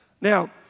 Now